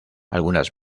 algunas